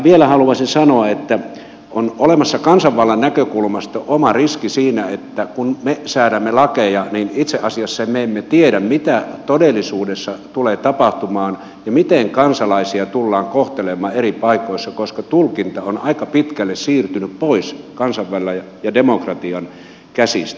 vielä haluaisin sanoa että on olemassa kansanvallan näkökulmasta oma riski siinä että kun me säädämme lakeja niin itse asiassa me emme tiedä mitä todellisuudessa tulee tapahtumaan ja miten kansalaisia tullaan kohtelemaan eri paikoissa koska tulkinta on aika pitkälle siirtynyt pois kansanvallan ja demokratian käsistä